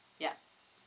yup